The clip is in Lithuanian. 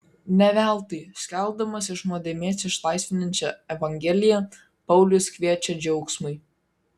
ne veltui skelbdamas iš nuodėmės išlaisvinančią evangeliją paulius kviečia džiaugsmui